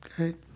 Okay